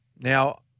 Now